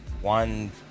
one